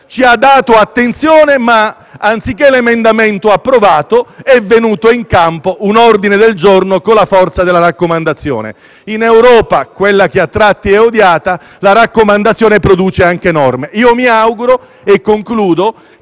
ci hanno dato attenzione ma, anziché l'emendamento approvato, è venuto in campo un ordine del giorno con la forza della raccomandazione. In Europa, quella che a tratti è odiata, la raccomandazione produce anche norme; mi auguro - e concludo